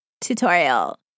tutorial